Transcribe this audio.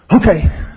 okay